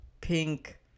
Pink